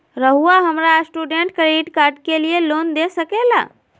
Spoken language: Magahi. रहुआ हमरा स्टूडेंट क्रेडिट कार्ड के लिए लोन दे सके ला?